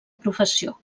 professió